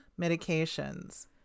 medications